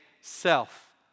self